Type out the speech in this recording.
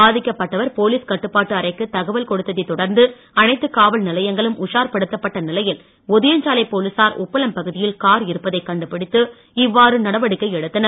பாதிக்கப்பட்டவர் போலீஸ் கட்டுப்பாட்டு அறைக்கு தகவல் கொடுத்ததைத் தொடர்ந்து அனைத்து காவல் நிலையங்களும் உஷார் படுத்தப்பட்ட நிலையில் ஒதியஞ்சாலை போலீசார் உப்பளம் பகுதியில் கார் இருப்பதைக் கண்டுபிடித்து இவ்வாறு நடவடிக்கை எடுத்தனர்